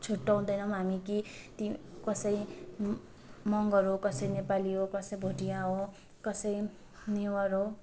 छुट्याउँदैनौँ हामी कि ती कसै म मगर हो कसै नेपाली हो कसै भुटिया हो कसै नेवार हो